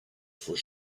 for